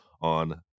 on